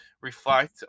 reflect